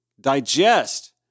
digest